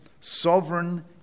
sovereign